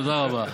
תודה רבה.